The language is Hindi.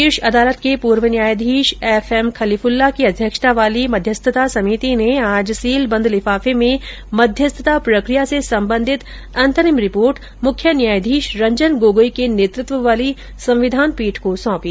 शीर्ष अदालत के पुर्व न्यायाधीश एफ एम कलीफुल्ला की अध्यक्षता वाली मध्यस्थता समिति ने आज सीलबंद लिफाफे में मध्यस्थता प्रक्रिया से संबंधित अंतरिम रिपोर्ट मुख्य न्यायाधीश रंजन गोगोई के नेतृत्व वाली संविधान पीठ को सौंपी